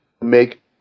make